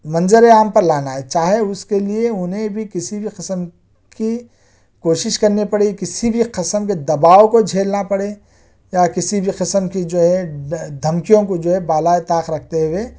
منظر عام پر لانا ہے چاہے اس کے لئے انہیں بھی کسی بھی قسم کی کوشش کرنی پڑی کسی بھی قسم کے دباؤ کو جھیلنا پڑے یا کسی بھی قسم کی جو ہے دھمکیوں کو جو ہے بالائے طاق رکھتے ہوئے